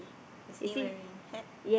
is he wearing hat